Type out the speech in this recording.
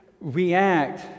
react